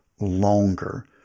longer